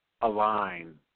align